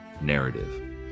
narrative